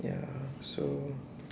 ya so